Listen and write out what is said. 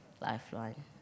lifeline